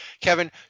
Kevin